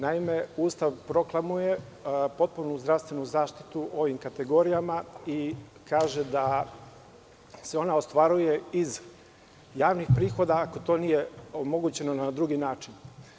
Naime, Ustav proklamuje potpunu zdravstvenu zaštitu ovim kategorijama i kaže da se ona ostvaruje iz javnih prihoda, ako to nije omogućeno na drugi način.